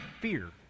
fear